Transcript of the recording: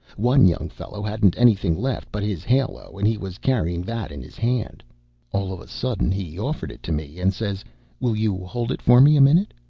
one young fellow hadn't anything left but his halo, and he was carrying that in his hand all of a sudden he offered it to me and says will you hold it for me a minute?